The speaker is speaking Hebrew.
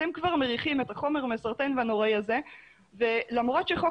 אתם כבר מריחים את החומר המסרטן והנוראי הזה ולמרות שחוק